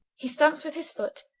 he stampes with his foot,